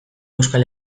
euskal